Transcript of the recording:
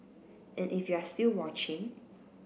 and if you're still watching